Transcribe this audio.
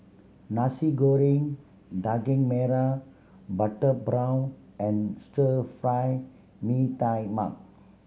Nasi Goreng Daging Merah butter prawn and Stir Fry Mee Tai Mak